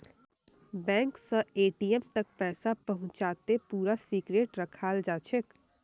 bank स ATM तक पैसा पहुंचाते पूरा सिक्रेट रखाल जाछेक